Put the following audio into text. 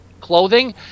clothing